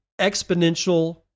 exponential